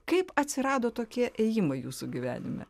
kaip atsirado tokie ėjimai jūsų gyvenime